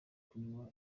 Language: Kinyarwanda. kunywa